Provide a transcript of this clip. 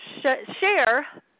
share